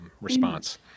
response